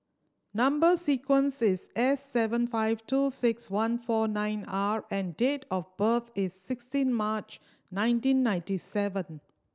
number sequence is S seven five two six one four nine R and date of birth is sixteen March nineteen ninety seven